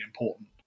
important